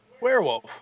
Werewolf